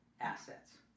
assets